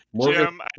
Jim